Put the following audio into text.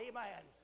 Amen